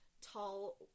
tall